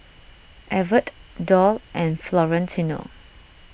Evertt Doll and Florentino